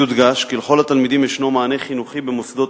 יודגש כי לכל התלמידים יש מענה חינוכי במוסדות